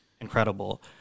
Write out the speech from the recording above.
incredible